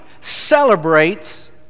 celebrates